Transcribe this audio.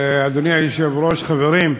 אדוני היושב-ראש, חברים,